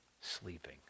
sleeping